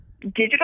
digital